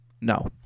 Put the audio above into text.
no